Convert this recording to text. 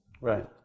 Right